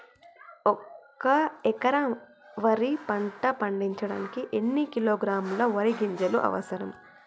ఒక్క ఎకరా వరి పంట పండించడానికి ఎన్ని కిలోగ్రాముల వరి గింజలు అవసరం?